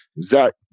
Zach